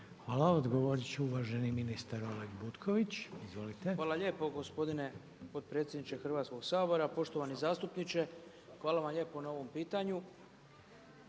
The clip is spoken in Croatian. Hvala. Odgovorit će uvaženi ministar Oleg Butković, izvolite. **Butković, Oleg (HDZ)** Hvala lijepo gospodine potpredsjedniče Hrvatskog sabora, poštovani zastupniče. Hvala vam lijepo na ovom pitanju.